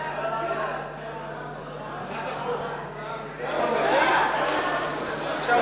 הודעת ועדת החוקה, חוק ומשפט על